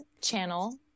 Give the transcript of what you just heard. channel